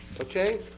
okay